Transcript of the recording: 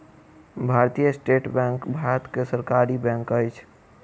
भारतीय state bank Bharat के सरकारी बैंक अछि